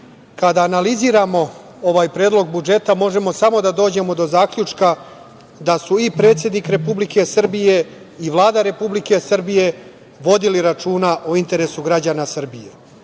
Kada analiziramo ovaj Predlog budžeta možemo samo do dođemo do zaključka da su i predsednik Republike Srbije i Vlada Republike Srbije vodili računa o interesu građana Srbije,